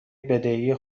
بدهی